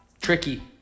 Tricky